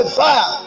fire